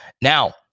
Now